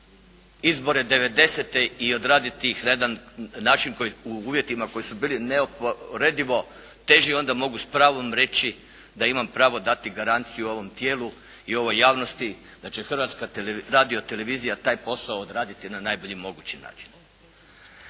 devedesete i odraditi ih na jedan način koji, u uvjetima koji su bili neuporedivo teži onda mogu s pravom reći da imam pravo dati garanciju ovom tijelu i ovoj javnosti da će Hrvatska radiotelevizija taj posao odraditi na najbolji mogući način.